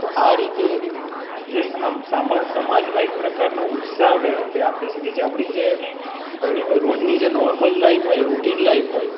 તો આ રીતે એક જે સ આમ સમાજમાં એક પ્રકારનો ઉત્સાહ વ્ય વ્યાપે છે કે જે આપણી જે રોજની જે નોર્મલ લાઈફ હોય રૂટિન લાઈફ હોય